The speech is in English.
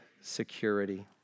security